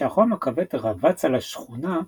כשהחם הכבד רבץ על השכונה,